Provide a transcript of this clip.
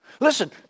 Listen